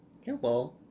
Hello